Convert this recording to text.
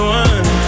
one